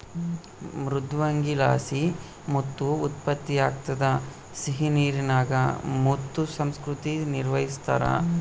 ಮೃದ್ವಂಗಿಲಾಸಿ ಮುತ್ತು ಉತ್ಪತ್ತಿಯಾಗ್ತದ ಸಿಹಿನೀರಿನಾಗ ಮುತ್ತು ಸಂಸ್ಕೃತಿ ನಿರ್ವಹಿಸ್ತಾರ